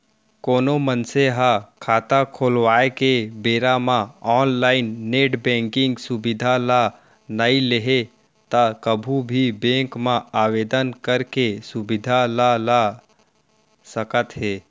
कोनो मनसे ह खाता खोलवाए के बेरा म ऑनलाइन नेट बेंकिंग सुबिधा ल नइ लेहे त कभू भी बेंक म आवेदन करके सुबिधा ल ल सकत हे